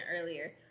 earlier